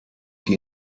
die